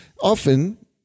often